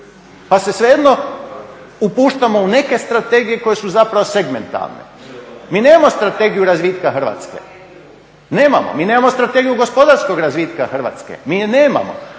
pa se svejedno upuštamo u neke strategije koje su zapravo segmentalne. Mi nemamo strategiju razvitka Hrvatske, nemamo. Mi nemamo strategiju gospodarskog razvitka Hrvatske, mi je nemamo.